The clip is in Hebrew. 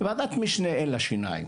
ועדת משנה אין לה שיניים,